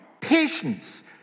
patience